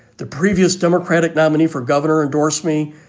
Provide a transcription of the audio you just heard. the previous democratic nominee for governor, endorsed me.